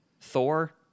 thor